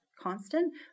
constant